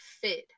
fit